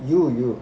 you you